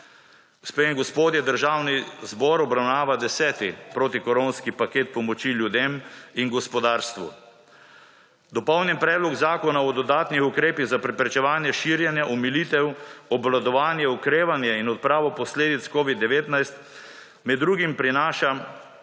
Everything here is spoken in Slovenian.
Gospe in gospodje, Državni zbor obravnava 10. protikoronski paket pomoči ljudem in gospodarstvu. Dopolnjen predlog zakona o dodatnih ukrepih za preprečevanje širjenja, omilitev, obvladovanje, okrevanje in odpravo posledic Covid-19 med drugim prinaša